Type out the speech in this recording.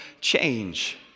change